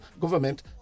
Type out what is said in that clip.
government